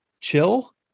chill